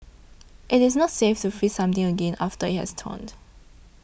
it is not safe to freeze something again after it has thawed